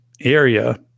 area